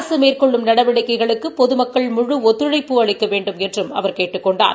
அரசு மேற்கொள்ளும் நடவடிக்கைகளுக்கு பொதுமக்கள் முழு ஒத்துழைப்பு அளிக்க வேண்டுமென்றும் அவா கேட்டுக் கொண்டார்